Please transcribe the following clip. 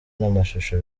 n’amashusho